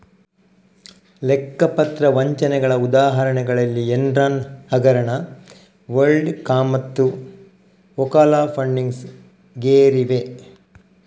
ಲೆಕ್ಕ ಪತ್ರ ವಂಚನೆಗಳ ಉದಾಹರಣೆಗಳಲ್ಲಿ ಎನ್ರಾನ್ ಹಗರಣ, ವರ್ಲ್ಡ್ ಕಾಮ್ಮತ್ತು ಓಕಾಲಾ ಫಂಡಿಂಗ್ಸ್ ಗೇರಿವೆ